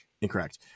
incorrect